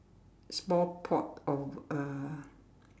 small pot of uh